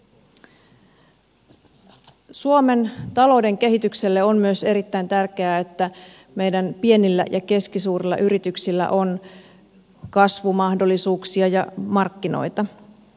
suomen talouden kehitykselle on myös erittäin tärkeää että meidän pienillä ja keskisuurilla yrityksillä on kasvumahdollisuuksia ja markkinoita